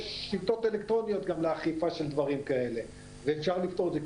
יש גם שיטות אלקטרוניות לאכיפה של דברים כאלה ואפשר לפתור את זה,